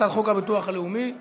הצעת חוק הביטוח הלאומי (תיקון,